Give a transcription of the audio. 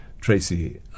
Tracy